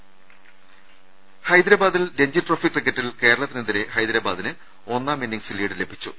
ശ്രമശക്ഷക്ഷങ്ങ ഹൈദരാബാദിൽ രഞ്ജി ട്രോഫി ക്രിക്കറ്റിൽ കേരളത്തിനെതിരെ ഹൈദരാബാദിന് ഒന്നാം ഇന്നിംഗ്സ് ലീഡ് ലഭിച്ചു